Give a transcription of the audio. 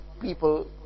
people